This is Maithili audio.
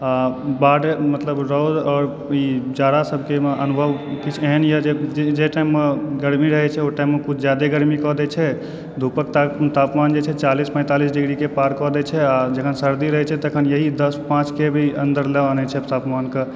बाढ़ि मतलब रौद आओर जाड़ा सभके मऽ अनुभव किछु एहन यऽ जे टाइममे गर्मी रहय छै तऽ ओ टाइममे कुछ जादे गर्मी कऽ दैत छै धूपक तापमान जे छै चालिस पैतालीस डिग्रीके पार कऽ दैत छै आ जखन सर्दी रहय छै तखन यहीं दश पाँचके अन्दरलऽ आनय छै तापमानकऽ